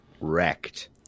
wrecked